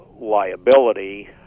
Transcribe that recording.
liability